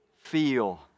feel